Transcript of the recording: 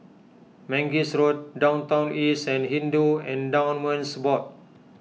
Mangis Road Downtown East and Hindu Endowments Board